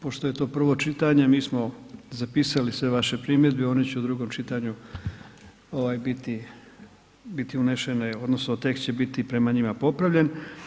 Pošto je to prvo čitanje mi smo zapisali sve vaše primjedbe, one će u drugom čitanju biti, biti unešene odnosno tekst će biti prema njima popravljen.